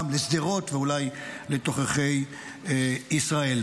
לשדרות ואולי לתוככי ישראל.